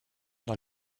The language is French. dans